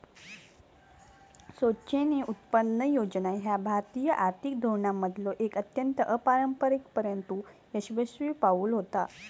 स्वेच्छेने उत्पन्न योजना ह्या भारतीय आर्थिक धोरणांमधलो एक अत्यंत अपारंपरिक परंतु यशस्वी पाऊल होता